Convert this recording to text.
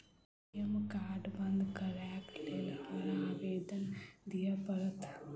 ATM card बंद करैक लेल हमरा आवेदन दिय पड़त?